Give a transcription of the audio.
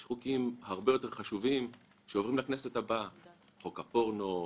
יש חוקים הרבה יותר חשובים שעוברים לכנסת הבאה: חוק הפורנו,